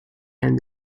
and